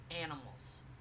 animals